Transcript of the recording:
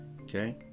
Okay